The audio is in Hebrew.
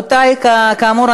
כאמור,